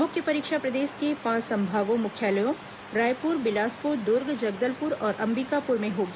मुख्य परीक्षा प्रदेश के पांच संभाग मुख्यालयों रायपुर बिलासपुर दुर्ग जगदलपुर और अंबिकापुर में होगी